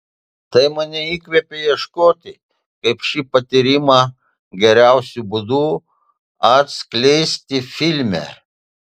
tai mane įkvėpė ieškoti kaip šį patyrimą geriausiu būdu atskleisti filme